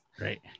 right